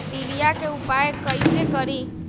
पीलिया के उपाय कई से करी?